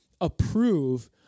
approve